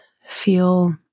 feel